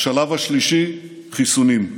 השלב השלישי, חיסונים.